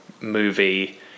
movie